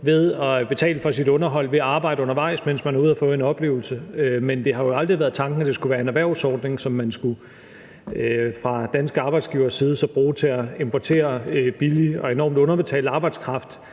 ved at betale for sit underhold ved at arbejde undervejs, mens man er ude og få en oplevelse. Men det har jo aldrig været tanken, at det skulle være en erhvervsordning, som man fra danske arbejdsgiveres side skulle bruge til at importere billig og enormt underbetalt arbejdskraft